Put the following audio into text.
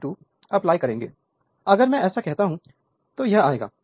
Refer Slide Time 0415 अगर मैं ऐसा करता हूं तो यह आएगा